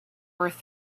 worth